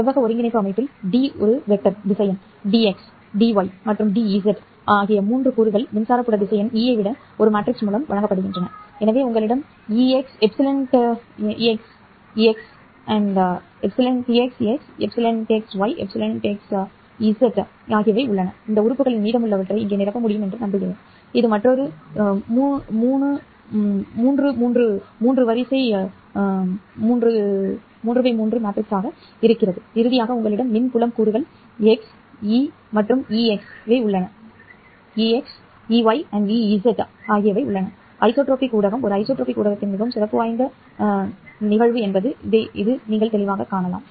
செவ்வக ஒருங்கிணைப்பு அமைப்பில் ́D திசையன் Dx Dy மற்றும் Dz இன் மூன்று கூறுகள் மின்சார புல திசையன் ́E ஐ விட ஒரு மேட்ரிக்ஸ் மூலம் வழங்கப்படுகின்றன எனவே உங்களிடம் εxx εxy εxz உள்ளது இந்த உறுப்புகளின் மீதமுள்ளவற்றை இங்கே நிரப்ப முடியும் என்று நம்புகிறேன் இது மற்றொரு 3 x 3 மேட்ரிக்ஸாக இருங்கள் இறுதியாக உங்களிடம் மின் புலம் கூறுகள் எக்ஸ் ஈ மற்றும் ஈஸ் உள்ளன ஐசோட்ரோபிக் ஊடகம் ஒரு ஐசோட்ரோபிக் ஊடகத்தின் மிகவும் சிறப்பு வாய்ந்த நிகழ்வு என்பதை நீங்கள் தெளிவாகக் காணலாம்